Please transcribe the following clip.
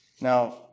Now